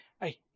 Hey